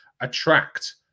attract